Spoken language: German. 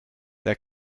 der